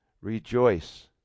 rejoice